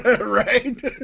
Right